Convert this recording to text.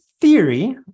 theory